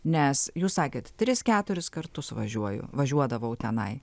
nes jūs sakėte tris keturis kartus važiuoju važiuodavau tenai